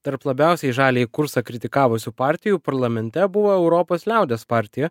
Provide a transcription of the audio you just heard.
tarp labiausiai žaliąjį kursą kritikavusių partijų parlamente buvo europos liaudies partija